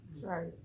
Right